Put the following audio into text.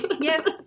Yes